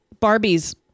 Barbies